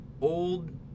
old